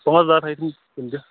پانٛژھ دہ تھٲیِتھٕے تِم تہِ